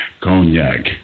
Cognac